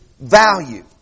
value